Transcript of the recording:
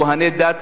כוהני דת,